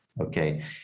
Okay